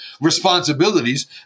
responsibilities